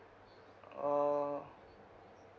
orh